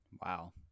wow